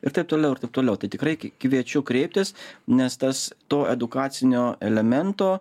ir taip toliau ir taip toliau tai tikrai kviečiu kreiptis nes tas to edukacinio elemento